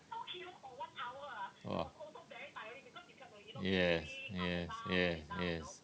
!wah! yes yes yes yes